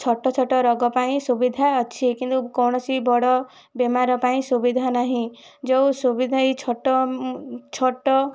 ଛୋଟ ଛୋଟ ରୋଗ ପାଇଁ ସୁବିଧା ଅଛି କିନ୍ତୁ କୌଣସି ବଡ଼ ବେମାର ପାଇଁ ସୁବିଧା ନାହିଁ ଯେଉଁ ସୁବିଧା ଏହି ଛୋଟ ଛୋଟ